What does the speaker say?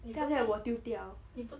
then after that 我丢掉